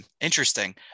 Interesting